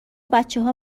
بچهها